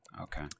Okay